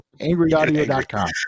AngryAudio.com